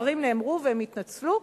הדברים נאמרו והם התנצלו,